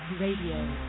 Radio